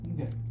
Okay